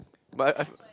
but I've